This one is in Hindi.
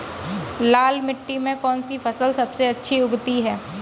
लाल मिट्टी में कौन सी फसल सबसे अच्छी उगती है?